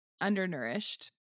undernourished